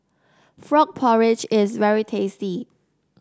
Frog Porridge is very tasty